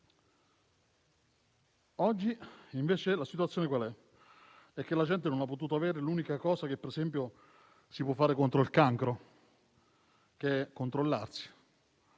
Oggi invece la situazione qual è? La gente non ha potuto avere l'unica cosa che - per esempio - si può fare contro il cancro, che è controllarsi.